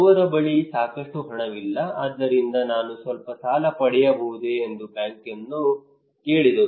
ಅವರ ಬಳಿ ಸಾಕಷ್ಟು ಹಣವಿಲ್ಲ ಆದ್ದರಿಂದ ನಾನು ಸ್ವಲ್ಪ ಸಾಲ ಪಡೆಯಬಹುದೇ ಎಂದು ಬ್ಯಾಂಕನ್ನು ಕೇಳಿದರು